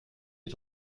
est